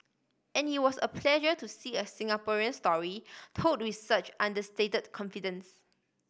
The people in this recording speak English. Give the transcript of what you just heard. and it was a pleasure to see a Singaporean story told with such understated confidence